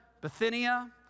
Bithynia